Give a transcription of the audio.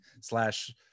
slash